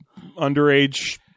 underage